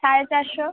সাড়ে চারশো